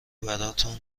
براتون